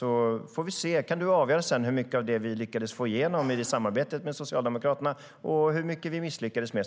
Då kan du avgöra hur mycket av det vi lyckades få igenom i samarbetet med Socialdemokraterna, Åsa Coenraads, och hur mycket vi misslyckades med.